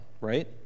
right